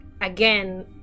again